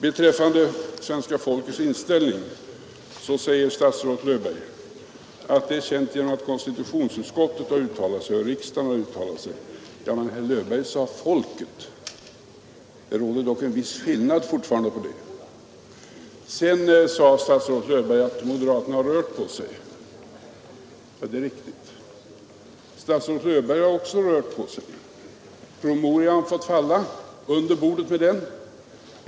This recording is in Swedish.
Beträffande svenska folkets inställning säger statsrådet Löfberg att den är känd genom att konstitutionsutskottet och att riksdagen har uttalat sig. Men herr Löfberg sade folket. Det råder dock fortfarande en viss skillnad därvidlag. Sedan sade statsrådet Löfberg att moderaterna har rört på sig. Ja, det är riktigt. Statsrådet Löfberg har också rört på sig. Promemorian har fått falla. Under bordet med den.